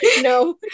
No